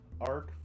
arc